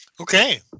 Okay